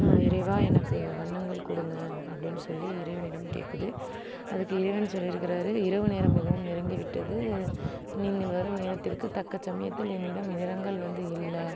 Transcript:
இறைவா எனக்கு வண்ணங்கள் கொடுங்க அப்படின் சொல்லி இறைவனிடம் கேட்குது அதுக்கு இறைவன் சொல்லியிருக்குறாரு இரவு நேரம் மிகவும் நெருங்கிவிட்டது நீங்கள் வரும் நேரத்திற்கு தக்க சமயத்தில் என்னிடம் நிறங்கள் வந்து இல்லை